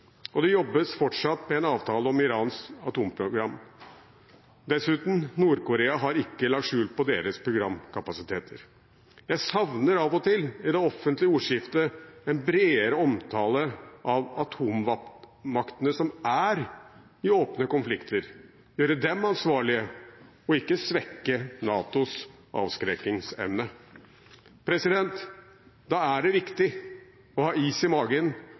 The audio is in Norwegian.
Det jobbes også fortsatt med en avtale om Irans atomprogram. Dessuten: Nord-Korea har ikke lagt skjul på sine programkapasiteter. Jeg savner av og til i det offentlige ordskiftet en bredere omtale av atommaktene som er i åpne konflikter – at man gjør dem ansvarlige, og ikke svekker NATOs avskrekkingsevne. Da er det viktig å ha is i magen